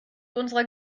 unserer